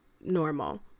normal